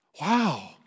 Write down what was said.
Wow